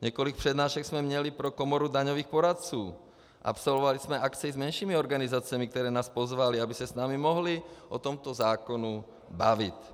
Několik přednášek jsme měli pro komoru daňových poradců, absolvovali jsme akci s menšími organizacemi, které nás pozvaly, aby se s námi mohly o tomto zákonu bavit.